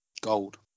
Gold